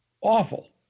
awful